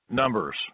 Numbers